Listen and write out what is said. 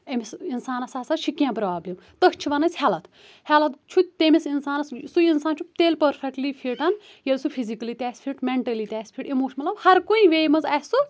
أمِس انسانَس ہسا چھِ کیٚنٛہہ پرٛابلِم تٕتھۍ چھِ أسۍ وَنان ہیلٕتھ ہیلٕتھ چھُ تٔمِس اِنسانَس سُہ انسان چھُ تیلہِ پٕرفٮ۪کٹلی فِٹ ییٚلہِ سُہ فِزِکٕلی تہِ آسہِ فِٹ مٮ۪نٛٹٕلی تہِ آسہِ فِٹ اِموشنل مطلَب ہرکُنہِ وے منٛز آسہِ سُہ